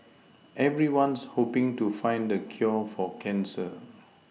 everyone's hoPing to find the cure for cancer